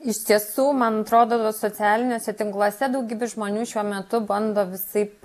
iš tiesų man atrodo socialiniuose tinkluose daugybė žmonių šiuo metu bando visaip